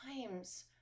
times